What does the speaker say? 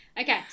Okay